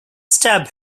stab